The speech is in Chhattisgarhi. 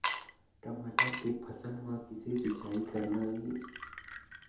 टमाटर के फसल म किसे सिचाई करना ये?